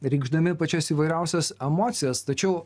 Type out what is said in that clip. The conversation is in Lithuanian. reikšdami pačias įvairiausias emocijas tačiau